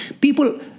people